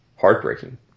heartbreaking